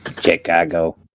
Chicago